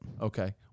Okay